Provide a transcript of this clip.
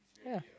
ya